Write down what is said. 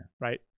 right